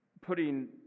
putting